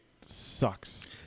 sucks